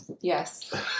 Yes